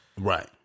Right